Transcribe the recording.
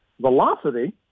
velocity